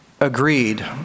agreed